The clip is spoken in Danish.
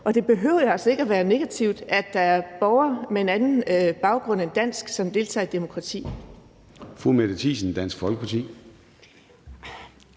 Og det behøver jo altså ikke at være negativt, at der er borgere med en anden baggrund end dansk, som deltager i et demokrati.